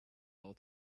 all